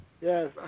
Yes